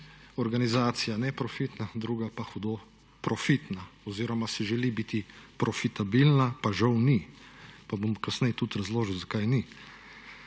organizacija neprofitna, druga pa hudo profitna oziroma si želi biti profitabilna pa žal ni, pa bom kasneje tudi razložil zakaj ni.